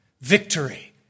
victory